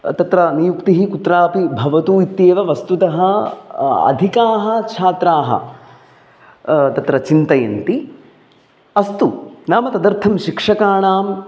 तत्र नियुक्तिः कुत्रापि भवतु इत्येव वस्तुतः अधिकाः छात्राः तत्र चिन्तयन्ति अस्तु नाम तदर्थं शिक्षकाणाम्